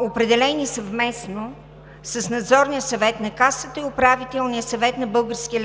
определени съвместно с Надзорния съвет на Касата и Управителния съвет на Българския